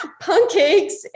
pancakes